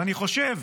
ואני חושב,